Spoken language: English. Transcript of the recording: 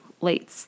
late